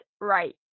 right